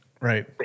Right